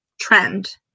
trend